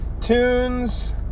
tunes